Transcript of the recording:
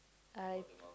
I